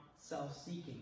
self-seeking